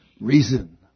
Reason